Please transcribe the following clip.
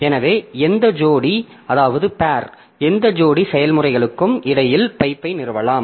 எனவே எந்த ஜோடி செயல்முறைகளுக்கும் இடையில் பைப்பை நிறுவலாம்